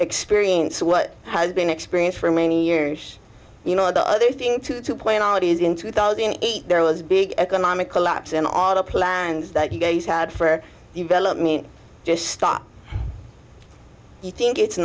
experience what has been experienced for many years you know the other thing to point out is in two thousand and eight there was a big economic collapse and all the plans that you guys had for development just stop you think it's